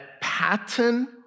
pattern